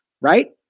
right